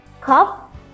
cup